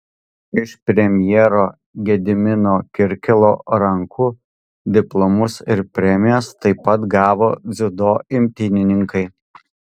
iš premjero gedimino kirkilo rankų diplomus ir premijas taip pat gavo dziudo imtynininkai